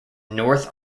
north